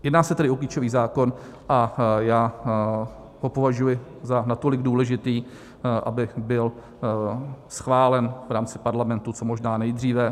Jedná se tedy o klíčový zákon a já ho považuji za natolik důležitý, aby byl schválen v rámci Parlamentu co možná nejdříve.